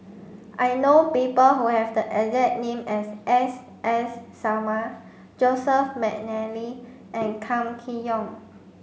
I know people who have the exact name as S S Sarma Joseph Mcnally and Kam Kee Yong